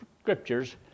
scriptures